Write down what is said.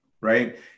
right